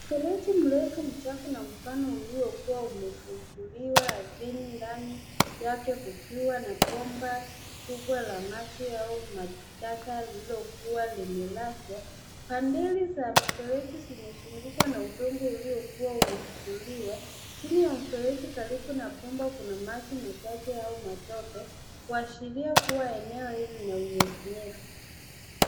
Mfereji mrefu mchafu na mpana uliokuwa umefukuliwa ardhini ndani yake kukiwa na bomba kubwa la maji au maji taka lililokuwa limelazwa. Bundle za mfereji zimezungukwa na udongo uliokuwa umefukuliwa. Chini ya mfereji karibu na bomba kuna maji machache au matope kuashiria kuwa eneo hili lina unyevu nyevu.